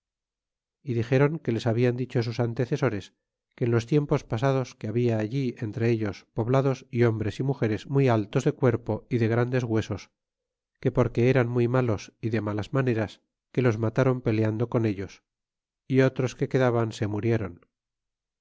y dixéron que les hablan dicho sus antecesores que en los tiempos pasados que habla allí entre ellos poblados hombres y mugeres muy altos de cuerpo y de grandes huesos que porque eran muy malos y de malas maneras que los matron peleando con ellos y otros que quedaban se murieron